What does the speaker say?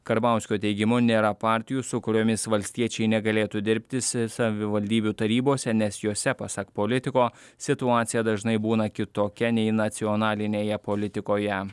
karbauskio teigimu nėra partijų su kuriomis valstiečiai negalėtų dirbti savivaldybių tarybose nes jose pasak politiko situacija dažnai būna kitokia nei nacionalinėje politikoje